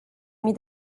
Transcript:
mii